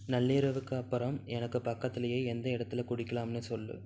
நள்ளிரவுக்குப் அப்புறம் எனக்கு பக்கத்துலையே எந்த இடத்தில் குடிக்கலாம்னு சொல்